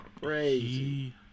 Crazy